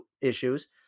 issues